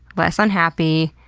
less unhappy,